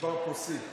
נשבר פה שיא: